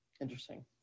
Interesting